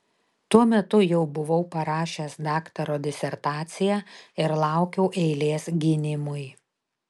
tuo metu jau buvau parašęs daktaro disertaciją ir laukiau eilės gynimui